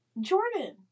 Jordan